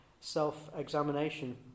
Self-examination